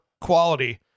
quality